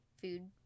food